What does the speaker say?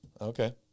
okay